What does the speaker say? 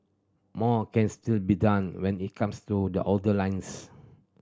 more can still be done when it comes to the older lines